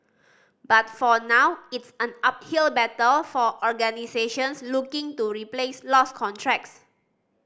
but for now it's an uphill battle for organisations looking to replace lost contracts